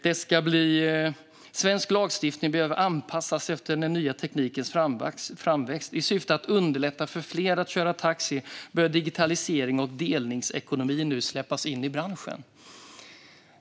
Man skriver att svensk lagstiftning måste anpassas efter den nya teknikens framväxt, och i syfte att underlätta för fler att köra taxi bör digitalisering och delningsekonomi nu släppas in i branschen.